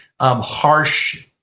harsh